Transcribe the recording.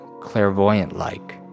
clairvoyant-like